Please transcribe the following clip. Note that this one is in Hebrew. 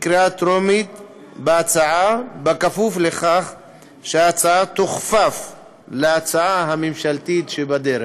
בה בקריאה טרומית בכפוף לכך שההצעה תוכפף להצעה הממשלתית שבדרך.